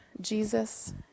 Jesus